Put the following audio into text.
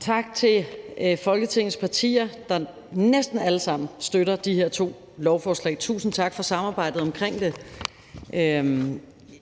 Tak til Folketingets partier, der næsten alle sammen støtter de her to lovforslag. Tusind tak for samarbejdet omkring det.